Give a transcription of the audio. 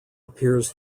appears